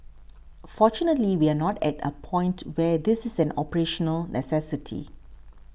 fortunately we are not at a point where this is an operational necessity